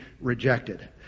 rejected